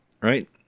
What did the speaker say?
right